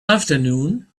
afternoon